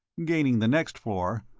gaining the next floor,